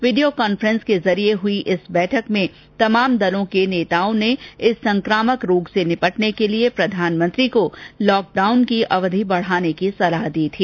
video conferencing के जरिए हुई इस बैठक में तमाम दलों के नेताओं ने इस संकामक रोग से निपटने के लिए प्रधानमंत्री को लॉक डाउन की अवधि बढाने की सलाह दी थी